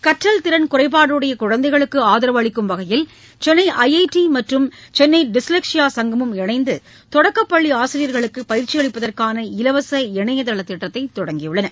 கற்றல் திறன் குறைபாடுடைய குழந்தைகளுக்கு ஆதரவு அளிக்கும் வகையில் சென்னை ஐ ஐ டி மற்றும் சென்னை டிஸ்லெக்ஸியா சங்கமும் இணைந்து தொடக்கப்பள்ளி ஆசியர்களுக்கு பயிற்சி அளிப்பதற்கான இலவச இணையதள திட்டத்தை தொடங்கியுள்ளன